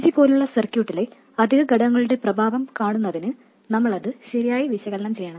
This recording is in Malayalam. RG പോലുള്ള സർക്യൂട്ടിലെ അധിക ഘടകങ്ങളുടെ പ്രഭാവം കാണുന്നതിന് നമ്മൾ അത് ശരിയായി വിശകലനം ചെയ്യണം